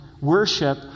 worship